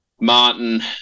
Martin